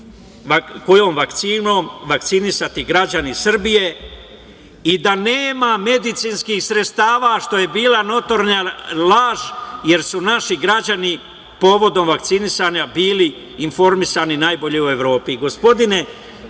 kojom vakcinom vakcinisati građani Srbije i da nema medicinskih sredstava, što je bila notorna laž, jer su naši građani povodom vakcinisanja bili informisani najbolje u